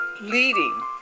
leading